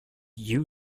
you